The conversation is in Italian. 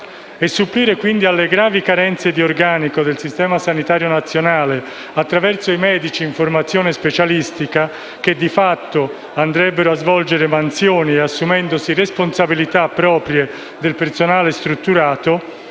Supplire quindi alle gravi carenze di organico del Sistema sanitario nazionale attraverso i medici in formazione specialistica, che di fatto andrebbero a svolgere mansioni assumendosi responsabilità proprie del personale strutturato,